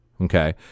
Okay